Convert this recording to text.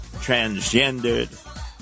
Transgendered